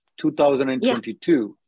2022